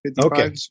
Okay